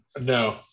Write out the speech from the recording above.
No